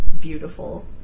Beautiful